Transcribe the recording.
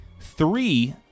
three